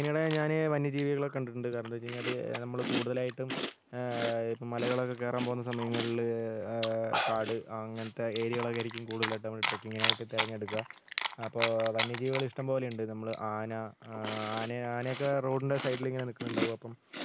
ട്രെക്കിങ്ങിനിടെ ഞാൻ വന്യജീവികളെ കണ്ടിട്ടുണ്ട് കാരണം എന്താന്ന് വെച്ച് കഴിഞ്ഞാൽ നമ്മൾ കൂടുതലായിട്ടും ഇപ്പം മലകളക്കെ കയറാൻ പോകുന്ന സമയങ്ങളിൽ കാട് അങ്ങനത്തെ ഏരിയകളൊക്കെയായിരിക്കും കൂടുതലായിട്ടും നമ്മൾ ട്രെക്കിങ്ങിനായിട്ട്ര തിരഞ്ഞെടുക്കുക അപ്പോൾ വന്യജീവികൾ ഇഷ്ട്ടം പോലെയുണ്ട് നമ്മുടെ ആന ആന ആനയൊക്കെ റോഡിൻ്റെ സൈഡിലൊക്കെ നിൽക്കുന്നുണ്ടാകും അപ്പം